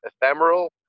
ephemeral